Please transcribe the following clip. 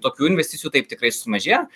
tokių investicijų taip tikrai sumažėjo